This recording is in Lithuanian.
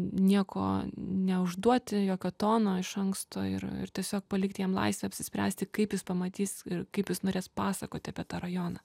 nieko neužduoti jokio tono iš anksto ir ir tiesiog palikti jam laisvę apsispręsti kaip jis pamatys ir kaip jis norės pasakoti apie tą rajoną